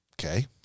Okay